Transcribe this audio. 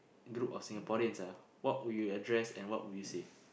group of Singaporeans ah what would you address and what would you say